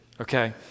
Okay